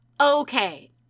Okay